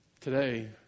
Today